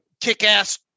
kick-ass